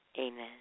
Amen